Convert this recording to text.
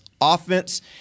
offense